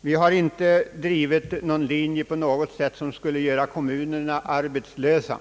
Vi har inte på något sätt drivit en linje som innebär att kommunerna göres arbetslösa.